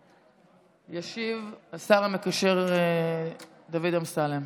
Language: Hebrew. ישיב השר המקשר דוד אמסלם.